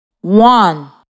One